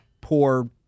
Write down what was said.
poor